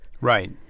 Right